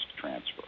transfer